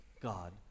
God